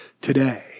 Today